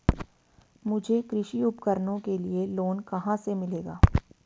मुझे कृषि उपकरणों के लिए लोन कहाँ से मिलेगा?